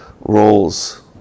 roles